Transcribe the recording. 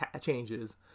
changes